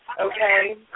okay